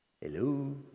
Hello